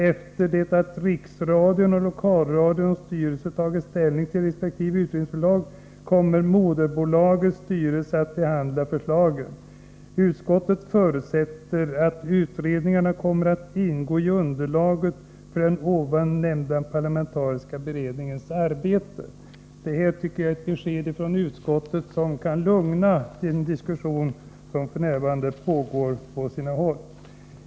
Efter det att Riksradion och Lokalradions styrelse tagit ställning till resp. utredningsförslag kommer moderbolagets — SRAB - styrelse att behandla förslagen. Utskottet förutsätter att utredningarna kommer att ingå i underlaget för den ovan nämnda parlamentariska beredningens arbete.” Detta är ett besked från utskottet som borde kunna lugna den diskussion som f.n. pågår på sina håll.